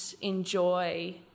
enjoy